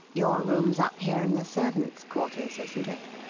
your room's up here in the servant's quarters, isn't it?